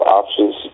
options